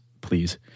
please